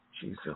Jesus